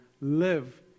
live